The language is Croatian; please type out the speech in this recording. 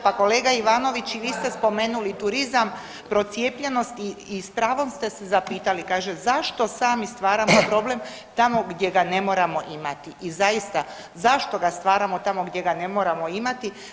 Pa kolega Ivanović, i vi ste spomenuli turizam i procijepljenost i s pravom ste se zapitali, kaže zašto sami stvaramo problem tamo gdje ga ne moramo imati i zaista, zašto ga stvaramo tamo gdje ga ne moramo imati?